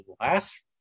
last